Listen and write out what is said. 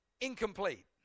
incomplete